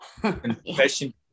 Confession